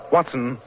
Watson